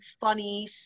funny